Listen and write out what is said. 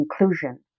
inclusion